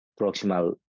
proximal